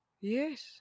Yes